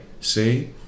see